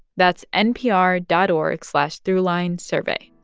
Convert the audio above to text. that's npr dot org slash throughlinesurvey.